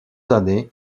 années